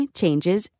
changes